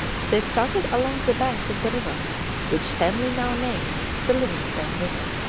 they started along the banks of the river which stanley now named the livingstone river.